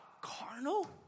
carnal